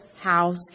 house